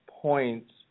points